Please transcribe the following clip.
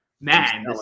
man